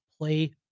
Play